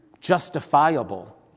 justifiable